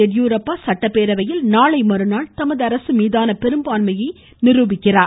எடியூரப்பா சட்டப்பேரவையில் நாளை மறுநாள் தமது அரசு மீதான பெரும்பான்மையை நிருபிக்க உள்ளார்